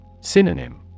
Synonym